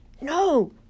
No